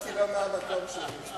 הצבעתי לא מהמקום שלי.